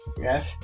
Yes